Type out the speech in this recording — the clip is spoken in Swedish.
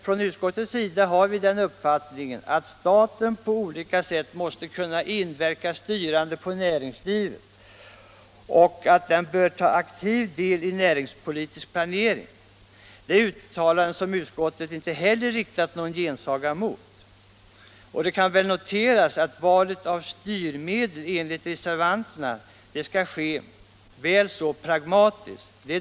Från utskottets sida har vi den uppfattningen att staten på olika sätt måste kunna inverka styrande på näringslivet och ta aktiv del i näringspolitisk planering. Det är uttalanden som utskottet inte heller riktar någon gensaga mot. Det kan dock noteras att valet av styrmedel enligt reservanterna skall ske pragmatiskt.